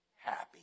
happy